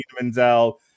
Menzel